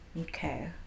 okay